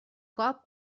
cop